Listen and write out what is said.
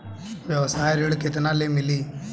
व्यवसाय ऋण केतना ले मिली?